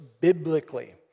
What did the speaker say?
biblically